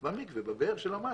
במקווה, בבאר המים.